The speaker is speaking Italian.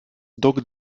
dog